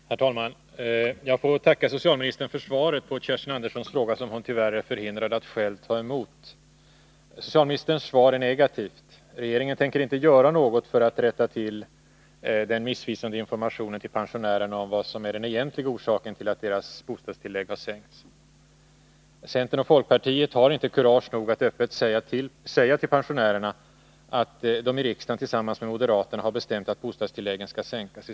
Herr talman! Jag får tacka socialministern för svaret på Kerstin Anderssons i Kumla fråga, som hon tyvärr är förhindrad att själv ta emot. Socialministerns svar är negativt — regeringen tänker inte göra någonting för att rätta till den missvisande informationen till pensionärerna om vad som är den egentliga orsaken till att deras bostadstillägg har sänkts. Centern och folkpartiet har inte kurage nog att öppet säga till pensionärerna att de i riksdagen tillsammans med moderaterna har bestämt att bostadstilläggen skall sänkas.